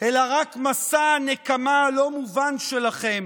אלא רק מסע נקמה לא מובן שלכם